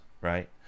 right